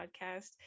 podcast